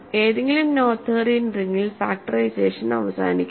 ഏതെങ്കിലും നോതേറിയൻ റിംങ്ങിൽ ഫാക്ടറൈസേഷൻ അവസാനിക്കുന്നു